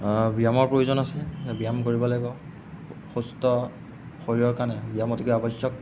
ব্যায়ামৰ প্ৰয়োজন আছে ব্যায়াম কৰিব লাগিব সুস্থ শৰীৰৰ কাৰণে ব্যায়াম অতিকৈ আৱশ্যক